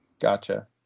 Gotcha